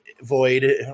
void